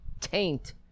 taint